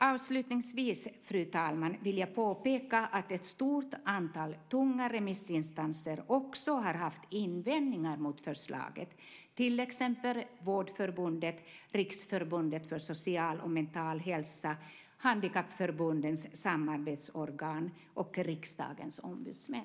Avslutningsvis, fru talman, vill jag påpeka att ett stort antal tunga remissinstanser haft invändningar mot förslaget, till exempel Vårdförbundet, Riksförbundet för Social och Mental Hälsa, Handikappförbundens samarbetsorgan och Riksdagens ombudsmän.